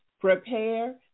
prepare